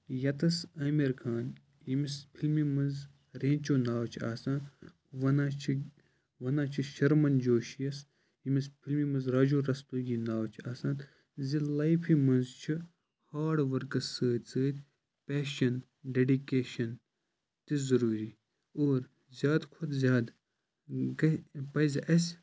یَیٚتھس آمِر خان ییٚمِس فِلمہِ منٛز ریٚنچُو ناو چھُ آسان وَنان چھِ وَنان چھِ شَرمَن جُوشِیَس ییٚمِس فِلمہِ منٛز راجُو رَستوگِی ناو چھُ آسان زِ لایِفہِ منٛز چھِ ہاڑ ؤرکَس سٟتۍ سٟتۍ پیشَن ڈیٚڈِکِیشَن تہِ ضروٗرِی اور زِیادٕ کُھۄتہٕ زیادٕ گَ پَزِ اَسہِ